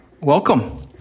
welcome